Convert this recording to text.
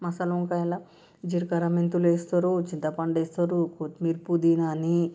మసాలా వంకాయలో జీలకర్ర మెంతులు వేస్తారు చింతపండు వేస్తారు కొత్తిమీర పుదీనా అని